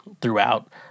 throughout